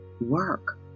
work